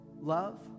love